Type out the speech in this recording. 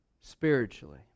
Spiritually